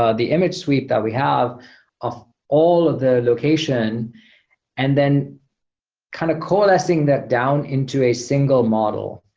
ah the image sweep that we have of all of the location and then kind of coalescing that down into a single model,